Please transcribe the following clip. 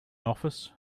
office